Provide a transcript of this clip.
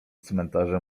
cmentarze